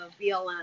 BLM